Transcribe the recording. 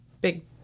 big